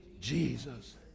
Jesus